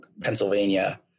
Pennsylvania